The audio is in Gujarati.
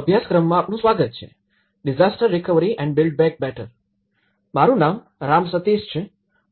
અભ્યાસક્રમમાં આપનું સ્વાગત છે disaster recovery and build back better મારું નામ રામ સતીશ છે